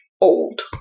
old